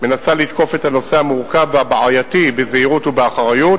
מנסה לתקוף את הנושא המורכב והבעייתי בזהירות ובאחריות,